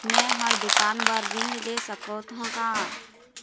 मैं हर दुकान बर ऋण ले सकथों का?